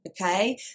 okay